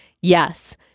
yes